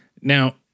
Now